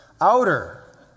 outer